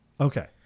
Okay